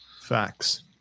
Facts